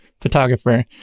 photographer